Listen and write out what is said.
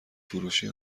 فروشی